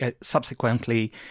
subsequently